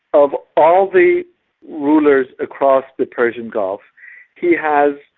of all the rulers across the persian gulf he has,